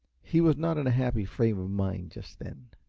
he was not in a happy frame of mind just then.